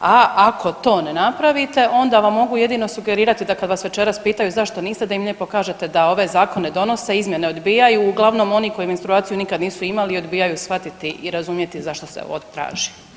a ako to ne napravite onda vam mogu jedino sugerirati da kad vas večeras pitaju zašto niste da vam lijepo kažete da ove zakone donose, izmjene odbijaju, uglavnom oni koji menstruaciju nikad nisu imali odbijaju shvatiti i razumjeti zašto se ovo traži.